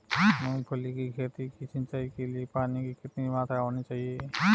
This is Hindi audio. मूंगफली की खेती की सिंचाई के लिए पानी की कितनी मात्रा होनी चाहिए?